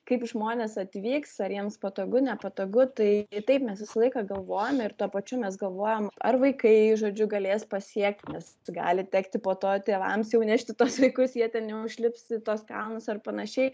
kaip žmonės atvyks ar jiems patogu nepatogu tai taip mes visą laiką galvojam ir tuo pačiu mes galvojam ar vaikai žodžiu galės pasiekti nes gali tekti po to tėvams jau nešti tuos vaikus jie ten neužlips į tuos kalnus ar panašiai